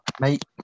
mate